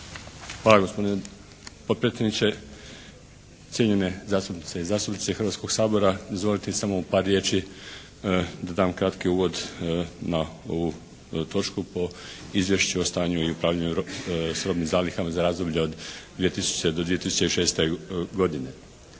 Hvala gospodine potpredsjedniče. Cijenjene zastupnice i zastupnici Hrvatskog sabora dozvolite mi samo u par riječi da dam kratki uvod na ovu točku po Izvješću o stanju i upravljanju s robnim zalihama za razdoblje od 2000. do 2006. godine.